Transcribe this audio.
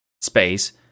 space